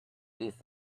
this